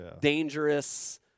dangerous